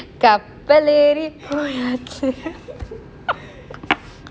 கப்பல் ஏறி போயாச்சு:kappal yeri poyaachu